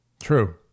True